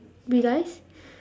do you guys